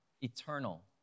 eternal